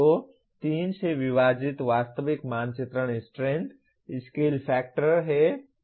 तो 3 से विभाजित वास्तविक मानचित्रण स्ट्रेंथ स्केल फैक्टर है